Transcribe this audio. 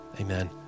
amen